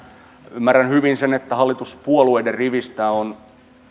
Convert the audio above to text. ymmärrän hyvin sen että hallituspuolueiden rivistä ovat